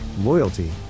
loyalty